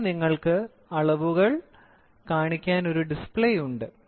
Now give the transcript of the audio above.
ഇവിടെ നിങ്ങൾക്ക് അളവുകൾ കാണിക്കാൻ ഒരു ഡിസ്പ്ലേ ഉണ്ട്